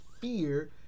fear